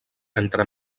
entre